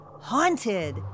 Haunted